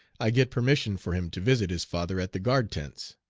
i get permission for him to visit his father at the guard tents.